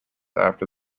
after